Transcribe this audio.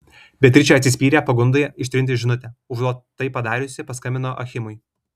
beatričė atsispyrė pagundai ištrinti žinutę užuot tai padariusi paskambino achimui